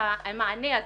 המענה הזה.